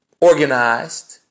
organized